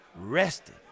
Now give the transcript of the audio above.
rested